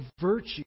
virtue